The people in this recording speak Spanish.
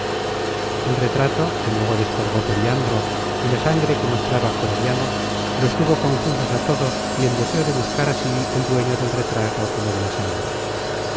el retrato que luego descolgó periandro y la sangre que mostraba croriano los tuvo confusos a todos y en deseo de buscar así el dueño del retrato como de la sangre